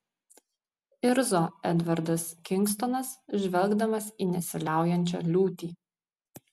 irzo edvardas kingstonas žvelgdamas į nesiliaujančią liūtį